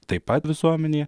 taip pat visuomenėje